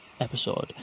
episode